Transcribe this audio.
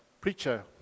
preacher